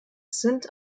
sind